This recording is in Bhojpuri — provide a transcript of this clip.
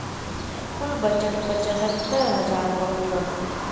कुल बजट पचहत्तर हज़ार करोड़ रहल